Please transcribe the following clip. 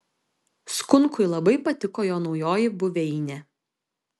skunkui labai patiko jo naujoji buveinė